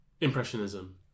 Impressionism